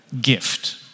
gift